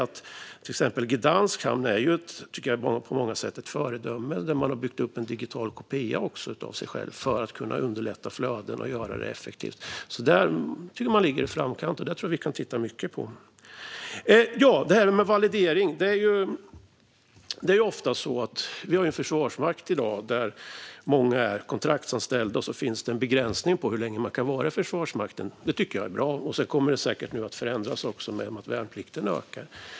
Till exempel Gdansk hamn är på många sätt ett föredöme. Där har man också byggt upp en digital kopia av sig själv för att kunna underlätta flöden och göra det effektivt. Där ligger man i framkant. Det kan vi titta mycket på. Sedan gäller det validering. Vi har i dag en försvarsmakt där många är kontraktsanställda. Det finns en begränsning på hur länge man kan vara i Försvarsmakten. Det tycker jag är bra. Det kommer säkert att förändras i och med att värnplikten ökar.